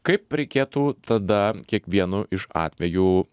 kaip reikėtų tada kiekvienu iš atvejų